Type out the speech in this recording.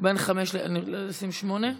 לשים שמונה?